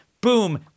Boom